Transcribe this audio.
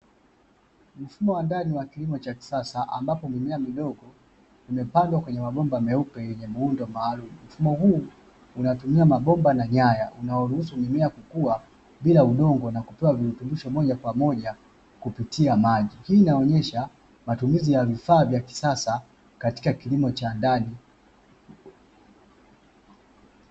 Mfumo wa ndani wa kilimo cha kisasa ambapo mimea midogo imepandwa kwenye mabomba meupe yenye miundo maalumu. Mfumo huu unatumia mabomba na nyaya unaoruhusu mimea kukua bila udongo na kupewa virutubisho moja kwa moja kwa kupitia maji. Hii inaonyesha matumizi ya vifaa vya kisasa katika kilimo cha ndani.